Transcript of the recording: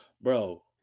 Bro